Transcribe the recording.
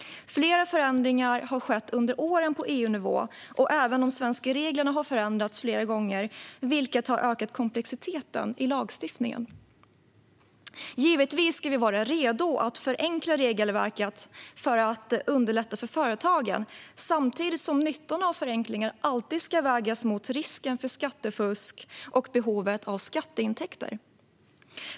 Flera förändringar har skett under åren på EU-nivå, och även de svenska reglerna har förändrats flera gånger, vilket har ökat komplexiteten i lagstiftningen. Givetvis ska vi vara redo att förenkla regelverket för att underlätta för företagen, samtidigt som nyttorna av förenklingar alltid ska vägas mot risken för skattefusk och behovet av skatteintäkter.